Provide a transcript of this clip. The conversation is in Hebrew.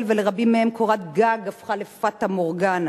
ולרבים מהם קורת גג הפכה לפטה מורגנה,